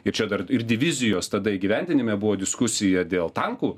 ir čia dar ir divizijos tada įgyvendinime buvo diskusija dėl tankų